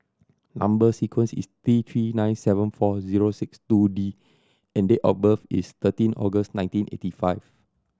number sequence is T Three nine seven four zero six two D and date of birth is thirteen August nineteen eighty five